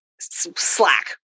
Slack